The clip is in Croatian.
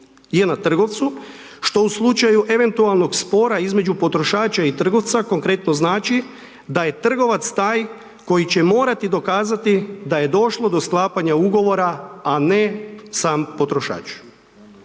je na trgovcu što u slučaju eventualnog spora između potrošača i trgovca konkretno znači da je trgovac taj koji će morati dokazati da je došlo do sklapanja ugovora, a ne sam potrošač.